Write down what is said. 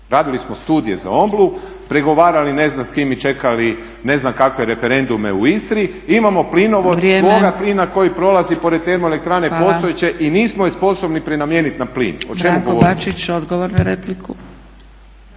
Radili smo studije za Omblu, pregovarali ne znam s čime i čekali ne znam kakve referendume u Istri, imamo plinovod svoga plina koji prolazi pored termoelektrane postojeće i nismo je sposobni prenamijeniti na plin. O čemu govorimo?